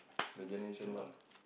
the generation